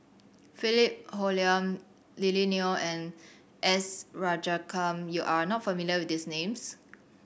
Philip Hoalim Lily Neo and S Rajaratnam you are not familiar with these names